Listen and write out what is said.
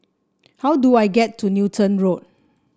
how do I get to Newton Road